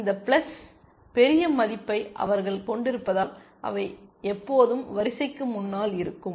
இந்த பிளஸ் பெரிய மதிப்பை அவர்கள் கொண்டிருப்பதால் அவை எப்போதும் வரிசைக்கு முன்னால் இருக்கும்